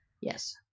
Yes